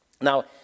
Now